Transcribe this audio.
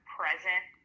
present